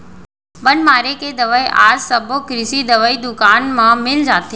बन मारे के दवई आज सबो कृषि दवई दुकान म मिल जाथे